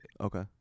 Okay